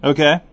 Okay